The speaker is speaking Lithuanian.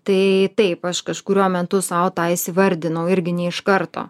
tai taip aš kažkuriuo metu sau tą įsivardinau irgi ne iš karto